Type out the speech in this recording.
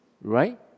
Right